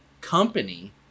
company